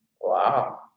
Wow